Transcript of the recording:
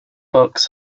books